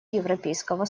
европейского